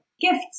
gifts